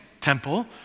temple